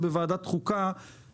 אני לא יודע האם השר קרעי יודע.